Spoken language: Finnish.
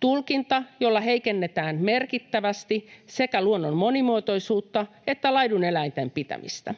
tulkinta, jolla heikennetään merkittävästi sekä luonnon monimuotoisuutta että laiduneläinten pitämistä,